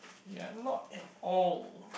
ya not at all